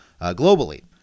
globally